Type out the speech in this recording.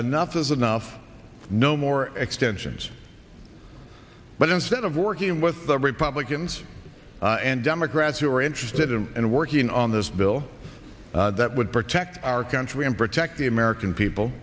enough is enough no more extensions but instead of working with the republicans and democrats who are interested and working on this bill that would protect our country and protect the american people